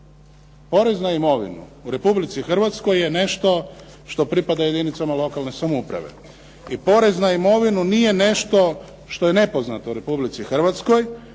Porez na imovinu u Republici Hrvatskoj je nešto što pripada jedinicama lokalne samouprave i porez na imovinu nije nešto što je nepoznato u Republici Hrvatskoj